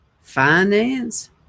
finance